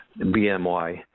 BMY